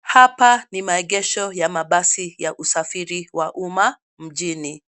Hapa ni maegesho ya mabasi ya usafiri wa uma mjini.